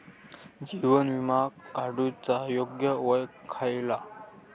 जीवन विमा काडूचा योग्य वय खयला?